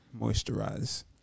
moisturize